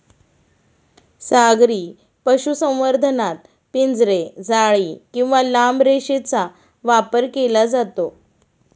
सागरी पशुसंवर्धनात पिंजरे, जाळी किंवा लांब रेषेचा वापर केला जातो